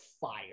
fire